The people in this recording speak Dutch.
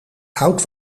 hout